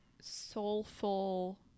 soulful